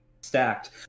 stacked